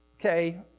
Okay